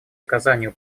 оказанию